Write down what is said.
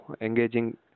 engaging